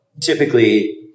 typically